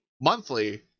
monthly